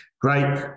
Great